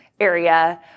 area